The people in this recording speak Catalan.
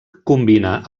combina